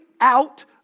out